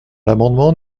l’amendement